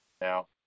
Now